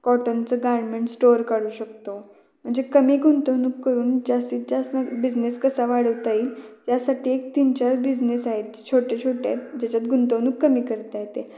कॉटनचं garment store काढू शकतो म्हणजे कमी गुंतवणूक करून जास्तीत जास्त बिझनेस कसा वाढवता येईल यासाठी एक तीन चार बिजनेस आहेत छोटे छोटे आहेत ज्याच्यात गुंतवणूक कमी करता येते